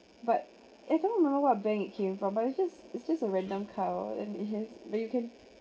but I cannot remember what bank it came from but it's just it's just a random card and it's just but you can